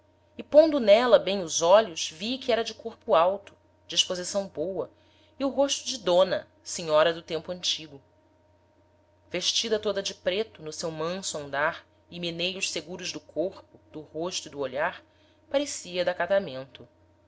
e pondo n'ela bem os olhos vi que era de corpo alto disposição boa e o rosto de dona senhora do tempo antigo vestida toda de preto no seu manso andar e meneios seguros do corpo do rosto e do olhar parecia d'acatamento